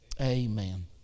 amen